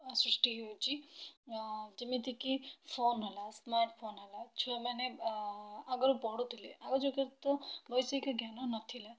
ସୃଷ୍ଟି ହେଉଛି ଯେମିତିକି ଫୋନ୍ ହେଲା ସ୍ମାର୍ଟଫୋନ୍ ହେଲା ଛୁଆମାନେ ଅଗରୁ ପଢ଼ୁଥିଲେ ଆଗ ଯୁଗରେ ତ ବୈଷୟିକ ଜ୍ଞାନ ନଥିଲା